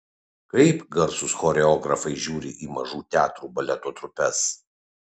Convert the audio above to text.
kaip garsūs choreografai žiūri į mažų teatrų baleto trupes